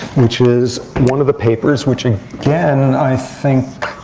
which is one of the papers, which again i think